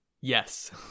Yes